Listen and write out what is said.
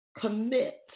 commit